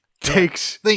Takes